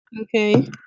Okay